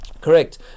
correct